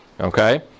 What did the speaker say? okay